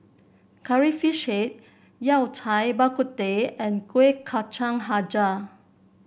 Curry Fish Head Yao Cai Bak Kut Teh and Kuih Kacang hijau